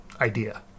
idea